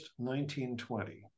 1920